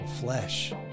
flesh